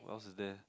cause it's there